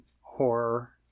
horror